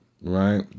right